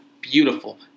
beautiful